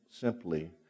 simply